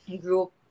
group